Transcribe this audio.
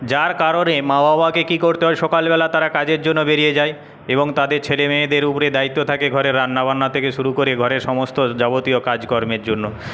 যার কারণে মা বাবাকে কি করতে হয় সকালবেলা তারা কাজের জন্য বেড়িয়ে যায় এবং তাদের ছেলেমেয়েদের উপরে দায়িত্ব থাকে ঘরে রান্নাবান্না থেকে শুরু করে ঘরে সমস্ত যাবতীয় কাজ কর্মের জন্য